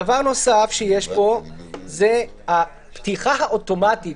דבר נוסף שיש פה זה הפתיחה האוטומטית